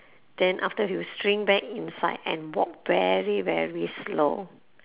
then after he will shrink back inside and walk very very slow